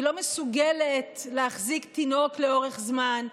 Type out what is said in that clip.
היא לא מסוגלת להחזיק תינוק לאורך זמן.